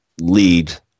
lead